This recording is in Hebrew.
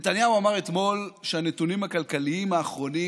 נתניהו אמר אתמול שהנתונים הכלכליים האחרונים